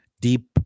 deep